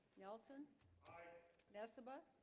nelson nessebar